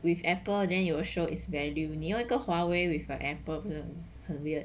with apple then you will show its value 你用一个 Huawei with an Apple 很 weird